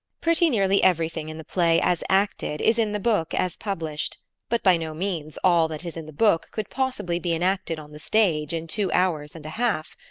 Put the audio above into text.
pretty nearly everything in the play as acted is in the book as published but by no means all that is in the book could possibly be enacted on the stage in two hours and a half.